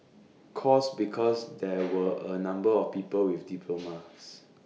course because there were A number of people with diplomas